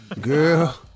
Girl